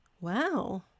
Wow